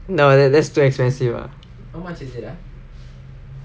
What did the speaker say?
no that's too expensive lah